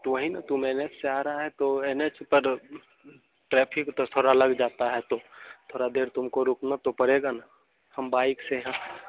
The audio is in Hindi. तो वही न तुम एन एच से आ रहा है तो एन एच पर ट्रैफिक तो थोड़ा लग जाता है तो थोड़ा देर तुमको रूकना तो पड़ेगा न हम बाइक से हैं